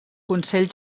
consell